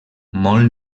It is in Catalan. molt